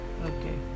Okay